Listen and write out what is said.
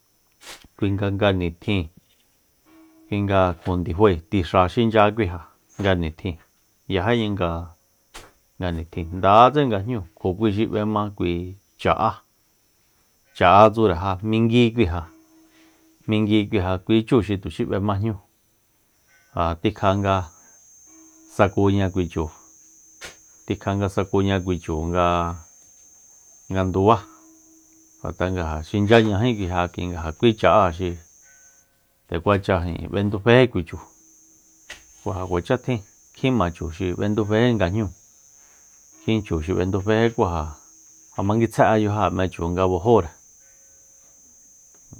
Kui nga nganitjin kui nga kjo ndifae tixa xinchya kui ja nga nitjin yájíña nga nitjin ndatse nga jnúu kjo kui xi b'ema kui cha'áa cha'á tsure ja mingui kui ja- mingui kui ja kui chúu xi tuxi b'emá jnú ja tikja nga sakuña kui chu nga- nga ndubá ngat'a nga xinchyañají kui ja kui nga ja kui cha'áa xi nde kuacha b'enduféjí kui chu ku ja kuacha tjin kjinma chu xi b'enduféji nga jnúu tjin chu xi bénduféjí ku ja manguitsae'a yajo'e m'e chu nga bajóre c